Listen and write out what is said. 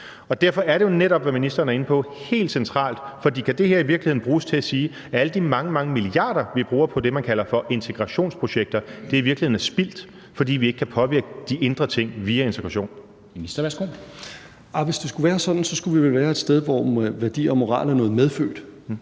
og derfor er det jo netop, som ministeren er inde på, helt centralt; for kan det her i virkeligheden bruges til at sige, at alle de mange, mange milliarder, vi bruger på det, man kalder for integrationsprojekter, i virkeligheden er spildte, fordi vi ikke kan påvirke de indre ting via integration? Kl. 13:30 Formanden (Henrik Dam Kristensen): Ministeren, værsgo. Kl.